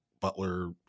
Butler